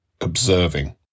observing